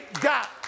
got